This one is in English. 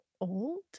old